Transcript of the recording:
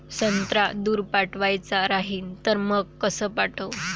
संत्रा दूर पाठवायचा राहिन तर मंग कस पाठवू?